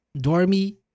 dormi